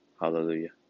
Hallelujah